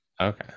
okay